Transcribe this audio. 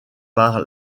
par